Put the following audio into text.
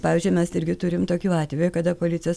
pavyzdžiui mes irgi turim tokių atvejų kada policijos